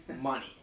money